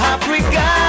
Africa